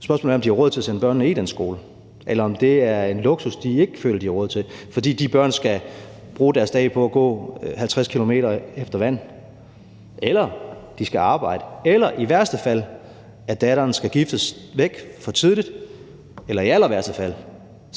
spørgsmålet er, om de har råd til at sende børnene i den skole, eller om det er en luksus, de ikke føler de har råd til, fordi de børn skal bruge deres dag på at gå 50 km efter vand eller skal arbejde eller datteren i værste fald skal giftes væk for tidligt eller i allerværste fald skal